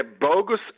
bogus